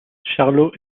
charlot